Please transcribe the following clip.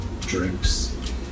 drinks